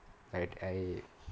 I I